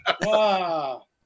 Wow